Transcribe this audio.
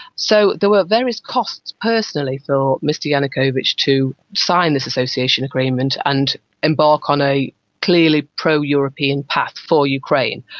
so there were various costs personally for mr yanukovych to sign this association agreement and embark on a clearly pro-european path for ukraine.